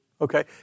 Okay